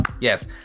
Yes